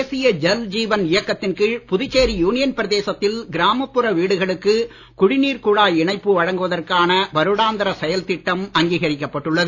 தேசிய ஜல் ஜீவன் இயக்கத்தின் கீழ் புதுச்சேரி யுனியன் பிரதேசத்தில் கிராமப்புற வீடுகளுக்கு குடிநீர் குழாய் இணைப்பு வழங்குவதற்கான வருடாந்திர செயல்திட்டம் அங்கீகரிக்கப்பட்டுள்ளது